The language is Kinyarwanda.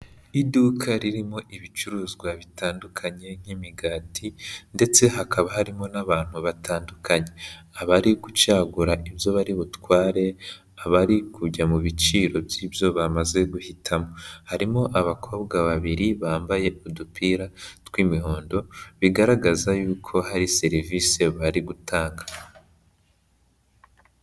Iduka ririmo ibicuruzwa bitandukanye nk'imigati ndetse hakaba harimo n'abantu batandukanye. Abari gucagura ibyo bari butware, abari kujya mu biciro by'ibyo bamaze guhitamo. Harimo abakobwa babiri bambaye udupira tw'imihondo, bigaragaza y'uko hari serivise bari gutanga.